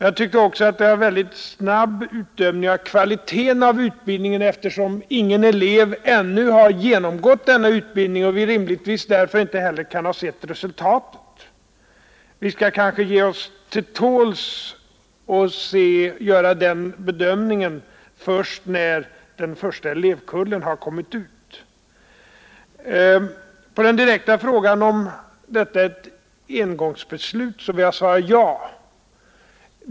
Jag tyckte också att det var en mycket snabb utdömning av kvaliteten på utbildningen, eftersom ingen elev ännu har genomgått denna utbildning och vi därför rimligtvis inte heller kan ha sett resultatet. Vi skall kanske ge oss till tåls och göra bedömningen först när den första elevkullen har kommit ut. På den direkta frågan om detta är ett engångsbeslut vill jag svara ja.